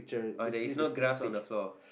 oh there is no grass on the floor